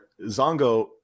Zongo